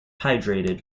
hydrated